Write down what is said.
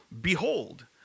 behold